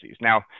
Now